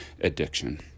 addiction